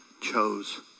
chose